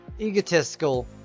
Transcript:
Egotistical